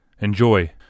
Enjoy